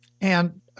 And-